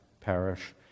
parish